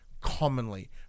commonly